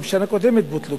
גם בשנה קודמת בוטלו.